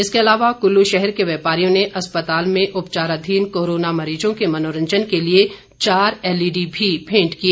इसके अलावा कुल्लू शहर के व्यापारियों ने अस्पताल में उपचाराधीन कोरोना मरीजों के मनोरंजन के लिए चार एलईडी भी भेंट किए